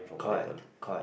correct correct